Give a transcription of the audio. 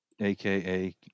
AKA